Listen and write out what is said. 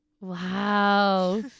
Wow